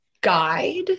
guide